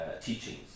teachings